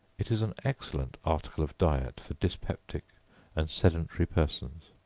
it is an excellent article of diet for dyspeptic and sedentary persons.